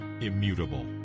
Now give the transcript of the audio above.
immutable